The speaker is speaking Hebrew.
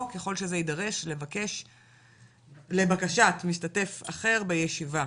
או ככל שזה יידרש לבקשת משתתף אחר בישיבה,